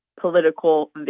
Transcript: political